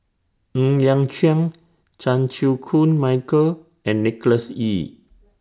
Ng Liang Chiang Chan Chew Koon Michael and Nicholas Ee